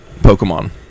Pokemon